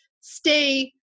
stay